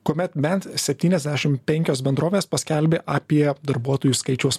kuomet bent septyniasdešim penkios bendrovės paskelbė apie darbuotojų skaičiaus